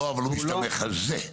לא, אבל הוא לא מסתמך על זה.